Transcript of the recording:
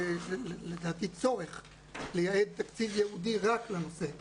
לדעתי יש צורך לייעד תקציב ייעודי רק לנושא היהודי-הערבי,